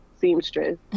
seamstress